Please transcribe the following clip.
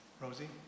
Rosie